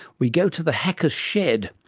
we go to the hackers' shed.